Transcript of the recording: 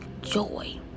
joy